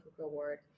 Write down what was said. Award